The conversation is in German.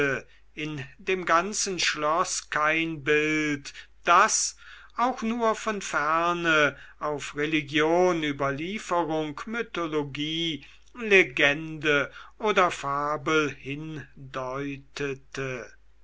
in dem ganzen schloß kein bild das auch nur von ferne auf religion überlieferung mythologie legende oder fabel hindeutete